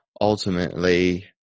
ultimately